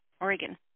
Oregon